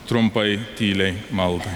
trumpai tyliai maldai